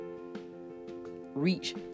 reach